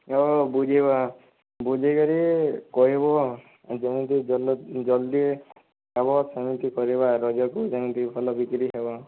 ହଉ ବୁଝିବା ବୁଝିକରି କହିବୁ ଯେମିତି ଜଲ୍ଦି ସେମିତି କରିବା ରଜ କୁ ଯେମିତି ଭଲ ବିକ୍ରି ହେବ